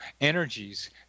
energies